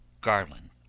garland